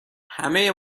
همه